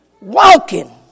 walking